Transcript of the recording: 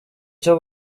cyo